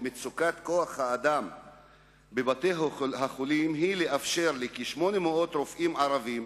מצוקת כוח-האדם בבתי-חולים היא לאפשר לכ-800 רופאים ערבים,